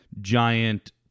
giant